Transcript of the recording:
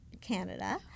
Canada